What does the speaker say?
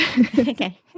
okay